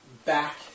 Back